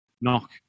knock